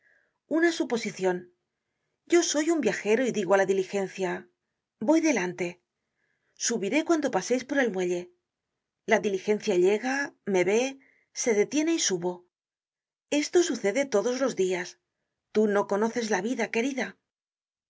una suposicion yo soy un viajero y digo á la diligencia voy delante subiré cuando paseis por el muelle la diligencia llega me vé se detiene y subo esto sucede todo los dias tú no conoces la vida querida